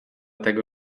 tego